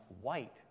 white